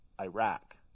Iraq